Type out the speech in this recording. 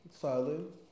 Silent